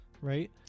right